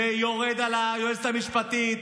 ויורד על היועצת המשפטית,